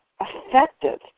effective